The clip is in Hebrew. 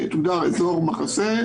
שתוגדר "אזור מחסה",